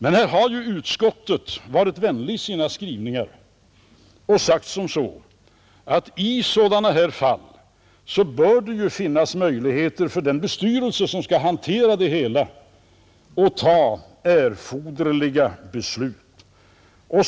Men här har ju utskottet varit vänligt i sina skrivningar och sagt, att i sådana fall bör det finnas möjligheter för den bestyrelse som skall hantera det hela att fatta erforderliga beslut.